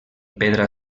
pedra